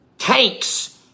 Tanks